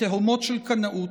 ותהומות של קנאות,